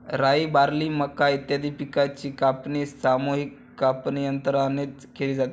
राई, बार्ली, मका इत्यादी पिकांची कापणी सामूहिक कापणीयंत्राने केली जाते